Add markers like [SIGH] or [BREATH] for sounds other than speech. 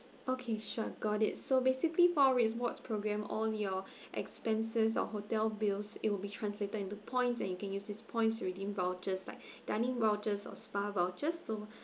okay sure got it so basically for rewards program all your [BREATH] expenses or hotel bills it will be translated into points and you can use this points to redeem vouchers like [BREATH] dining vouchers or spa vouchers so